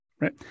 Right